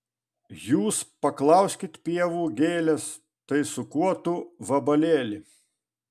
jūs paklauskit pievų gėlės tai su kuo tu vabalėli